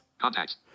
Contacts